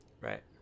right